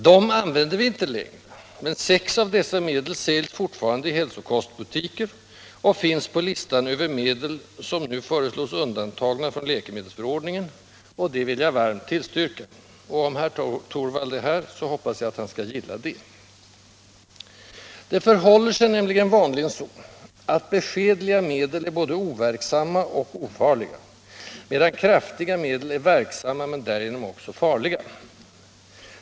Dem använder vi inte längre, men sex av dessa läkemedel säljs fortfarande i hälsokostbutiker och finns på listan över medel som nu föreslås undantagna från läkemedelsförordningen, och det vill jag varmt tillstyrka. Om herr Torwald är här, hoppas jag att han skall gilla detta. Det förhåller sig nämligen vanligen så, att beskedliga medel är både overksamma och ofarliga, medan kraftiga medel är verksamma, men därigenom också farliga.